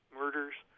murders